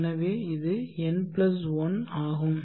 எனவே இது n 1 ஆகும்